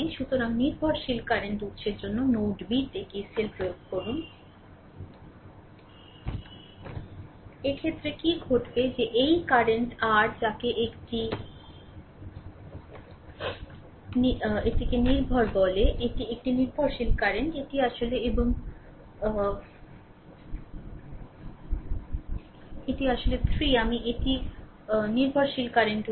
সুতরাং নির্ভরশীল কারেন্ট উত্সের জন্য নোড bতে KCL প্রয়োগ করুন এক্ষেত্রে কী ঘটবে যে এই কারেন্ট r যাকে এটিকে নির্ভর বলে এটি একটি নির্ভরশীল কারেন্ট এটি আসলে এবং এটি আসলে 3 আমি এটি একটি নির্ভরশীল কারেন্ট উত্স